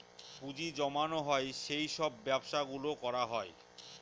পুঁজি জমানো হয় সেই সব ব্যবসা গুলো করা হয়